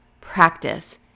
practice